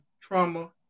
trauma